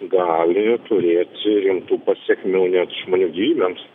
gali turėti rimtų pasekmių net žmonių gyvybėms